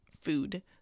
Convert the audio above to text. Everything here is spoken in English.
food